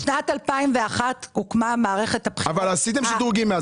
בשנת 2001 הוקמה מערכת הבחירות --- אבל עשיתם שדרוגים מאז.